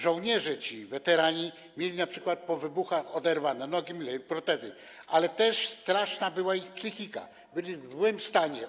Żołnierze ci, weterani, mieli np. po wybuchach oderwane nogi, mieli protezy, ale też w strasznym stanie była ich psychika, byli w złym stanie.